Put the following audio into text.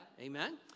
amen